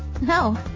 No